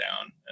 down